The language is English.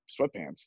sweatpants